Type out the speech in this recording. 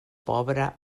pobre